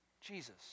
Jesus